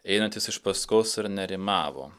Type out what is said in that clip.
einantys iš paskos ir nerimavo